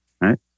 right